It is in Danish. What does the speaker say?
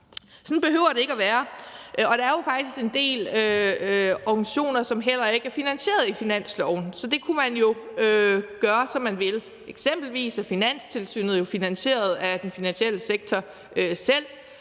Sådan behøver det ikke at være, og der er jo faktisk en del organisationer, som heller ikke er finansieret i finansloven. Så det kunne man jo gøre, som man vil. Eksempelvis er Finanstilsynet jo finansieret af den finansielle sektor selv.